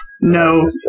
No